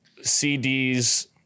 CDs